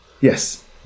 yes